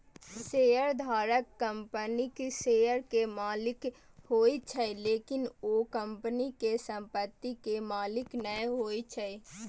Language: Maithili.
शेयरधारक कंपनीक शेयर के मालिक होइ छै, लेकिन ओ कंपनी के संपत्ति के मालिक नै होइ छै